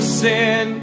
sin